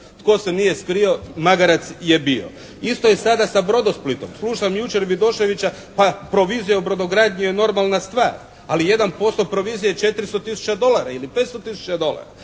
Tko se nije skrio, magarac je bio!“ Isto je sada sa Brodosplitom. Slušam jučer Vidoševića pa provizija u brodogradnji je normalna stvar, ali jedan posto provizije je 400 000 dolara ili 500 000 dolara.